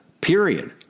period